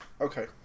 Okay